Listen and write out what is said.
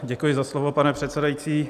Děkuji za slovo, pane předsedající.